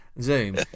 Zoom